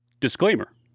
Disclaimer